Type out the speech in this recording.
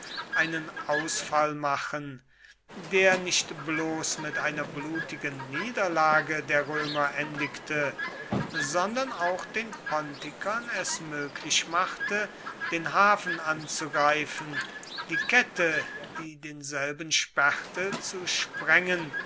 einen ausfall machen der nicht bloß mit einer blutigen niederlage der römer endigte sondern auch den pontikern es möglich machte den hafen anzugreifen die kette die denselben sperrte zu sprengen